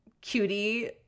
cutie